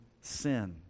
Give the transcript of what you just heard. sin